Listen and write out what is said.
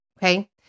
Okay